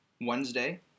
Wednesday